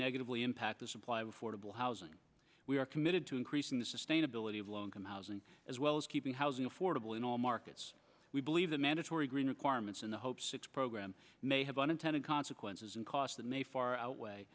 negatively impact the supply of affordable housing we are committed to increasing the sustainability of low income housing as well as keeping housing affordable in all markets we believe the mandatory green requirements in the hope six program may have unintended consequences and cost that may far outweigh